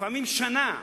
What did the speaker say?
לפעמים שנה,